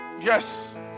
yes